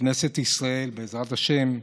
שכנסת ישראל, בעזרת השם,